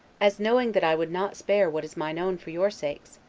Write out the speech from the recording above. as knowing that i would not spare what is mine own for your sakes,